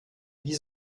wie